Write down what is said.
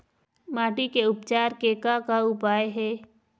माटी के उपचार के का का उपाय हे?